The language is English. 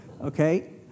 okay